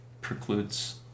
precludes